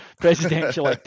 presidential